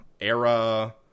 era